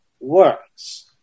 works